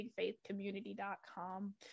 bigfaithcommunity.com